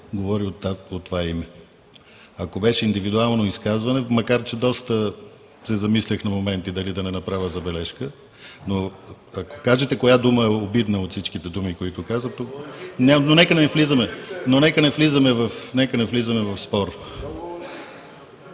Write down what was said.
говори от нейно име. Ако беше индивидуално изказване, макар че доста се замислях на моменти дали да не направя забележка, но, ако кажете коя дума е обидна от всичките думи, които казах тук…Но, нека не влизаме в спор.